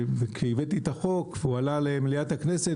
וכשהבאתי את החוק והוא עלה למליאת הכנסת,